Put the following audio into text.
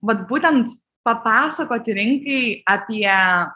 vat būtent papasakoti rinkai apie